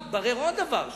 התברר עוד דבר,